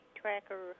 Tracker